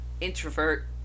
introvert